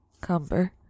Cumber